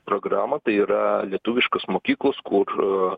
programą tai yra lietuviškos mokyklos kur